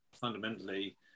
fundamentally